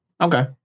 okay